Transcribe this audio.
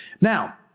Now